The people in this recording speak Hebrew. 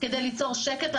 כדי ליצור שקט,